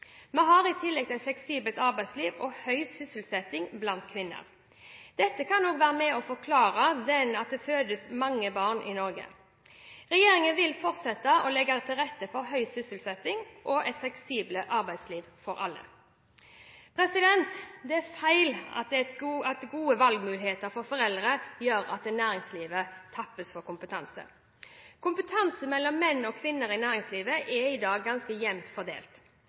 Vi har i tillegg et fleksibelt arbeidsliv og høy sysselsetting blant kvinner. Dette kan være med på å forklare at det fødes mange barn i Norge. Regjeringen vil fortsette å legge til rette for høy sysselsetting og et fleksibelt arbeidsliv for alle. Det er feil at gode valgmuligheter for foreldre gjør at næringslivet tappes for kompetanse. Kompetansen hos menn og kvinner i næringslivet er i dag ganske jevnt fordelt.